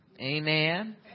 Amen